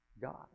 God